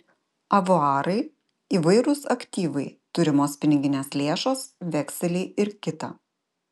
avuarai įvairūs aktyvai turimos piniginės lėšos vekseliai ir kita